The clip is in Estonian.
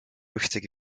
ühtegi